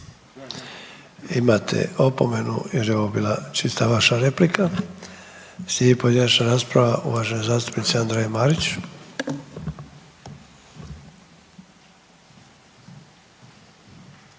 Imate opomenu, jer je ovo bila čista vaša replika. Slijedi pojedinačna rasprava uvažene zastupnice Andreje Marić.